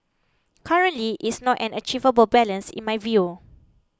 currently is not an achievable balance in my view